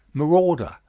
marauder,